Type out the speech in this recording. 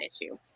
issue